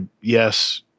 yes